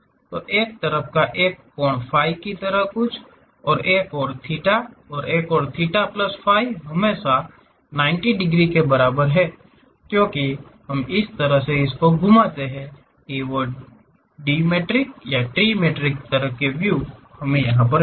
तो एक तरफ एक कोण phi की तरह कुछ एक और कोण थीटा तो कुल थीटा प्लस phi हमेशा 90 डिग्री के बराबर है क्योंकि हम इस तरह से घुमाते हैं कि डिमेट्रिक या ट्रिमेट्रिक तरह के व्यू हमे यहा पर मिले